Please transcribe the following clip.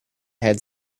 had